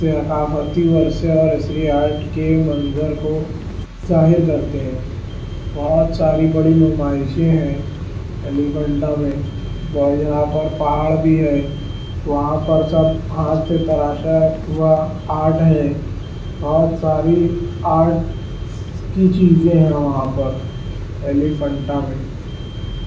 ثقافتی ورثے اور عصری آرٹ کے منظر کو ظاہر کرتے ہیں بہت ساری بڑی نمائشیں ہیں ایلیفنٹا میں اور یہاں پر پہاڑ بھی ہے وہاں پر سب ہاتھ سے تراشا ہوا آرٹ ہے بہت ساری آرٹس کی چیزیں ہیں وہاں پر ایلیفنٹا میں